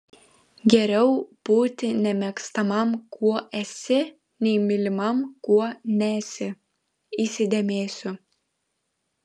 geriau būti nemėgstamam kuo esi nei mylimam kuo nesi įsidėmėsiu